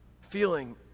feeling